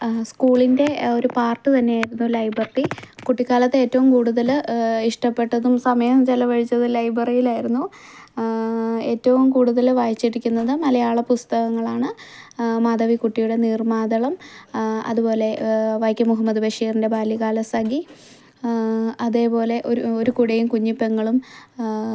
ആഹ് സ്കൂളിൻ്റെ ഒരു പാർട്ട് തന്നെയായിരുന്നു ലൈബറി കുട്ടിക്കാലത്ത് ഏറ്റവും കൂടുതൽ ഇഷ്ടപ്പെട്ടതും സമയം ചിലവഴിച്ചതും ലൈബറിയിലായിരുന്നു ഏറ്റവും കൂടുതൽ വായിച്ചിരിക്കുന്നത് മലയാള പുസ്തകങ്ങളാണ് മാധവിക്കുട്ടിയുടെ നീർമാതളം അതുപോലെ വൈക്കം മുഹമ്മദ് ബഷീറിൻ്റെ ബാല്യകാലസഖി അതേ പോലെ ഒരു ഒരു കുടയും കുഞ്ഞിപെങ്ങളും